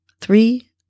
three